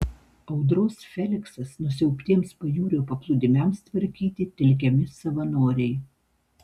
audros feliksas nusiaubtiems pajūrio paplūdimiams tvarkyti telkiami savanoriai